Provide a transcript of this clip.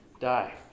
die